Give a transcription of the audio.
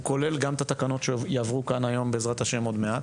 הוא כולל גם את התקנות שיעברו כאן בעזרת השם היום עוד מעט,